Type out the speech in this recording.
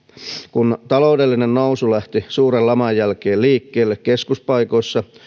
kun taloudellinen nousu lähti suuren laman jälkeen liikkeelle keskuspaikoissa